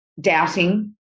doubting